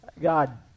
God